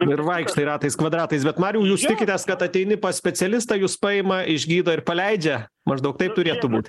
ir vaikštai ratais kvadratais bet mariau jūs tikitės kad ateini pas specialistą jus paima išgydo ir paleidžia maždaug taip turėtų būt